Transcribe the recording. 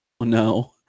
No